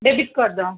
debit card தான்